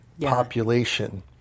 population